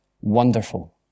wonderful